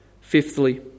Fifthly